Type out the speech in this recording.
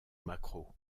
maquereau